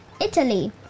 Italy